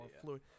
fluid